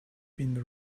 been